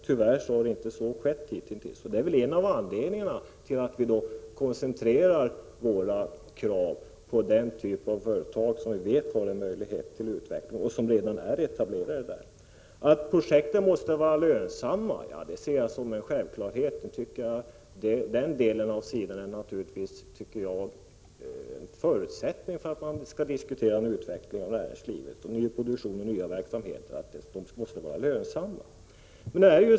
Tyvärr har det hittills inte funnits något intresse, vilket är en av anledningarna till att vi koncentrerar våra krav på den typ av företag som vi vet har utvecklingsmöjligheter och som redan är etablerade där uppe. För mig är det självklart att projekten måste vara lönsamma. Detta är naturligtvis en förutsättning för en utveckling av näringslivet, för ny produktion och nya verksamheter.